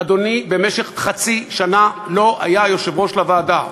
אדוני, במשך חצי שנה לא היה יושב-ראש לוועדה.